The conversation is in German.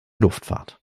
luftfahrt